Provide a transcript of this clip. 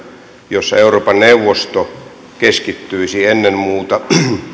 jossa euroopan neuvosto keskittyisi ennen muuta